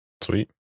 Sweet